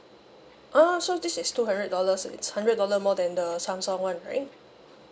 oh so this is two hundred dollars it's hundred dollar more than the samsung [one] right